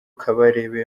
kabarebe